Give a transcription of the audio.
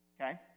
Okay